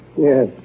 Yes